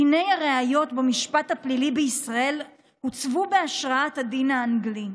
דיני הראיות במשפט הפלילי בישראל עוצבו בהשראת הדין האנגלי,